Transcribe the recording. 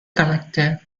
connected